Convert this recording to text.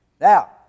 Now